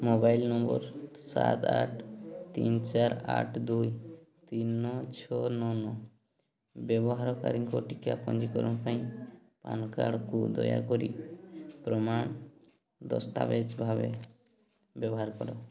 mobile number ସାତ ଆଠ ତିନି ଚାରି ଆଠ ଦୁଇ ତିନି ନଅ ଛଅ ନଅ ନଅ ବ୍ୟବହାରକାରୀଙ୍କ ଟିକା ପଞ୍ଜୀକରଣ ପାଇଁ ପାନ୍ କାର୍ଡ଼୍କୁ ଦୟାକରି ପ୍ରମାଣ ଦସ୍ତାବେଜ ଭାବେ ବ୍ୟବହାର କର